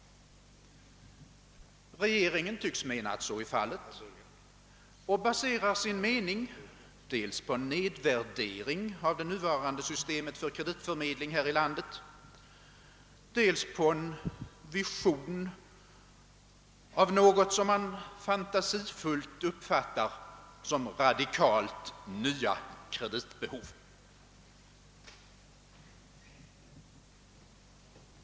Regeringen tycks mena att så är fallet och den baserar sin mening dels på en nedvärdering av det nuvarande systemet för kreditförmedling här i landet, dels på en vision av något som man fantasifullt uppfattar som radikalt nya kreditbehov.